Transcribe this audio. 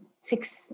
Six